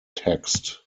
text